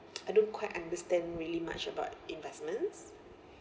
I don't quite understand really much about investments